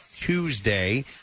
Tuesday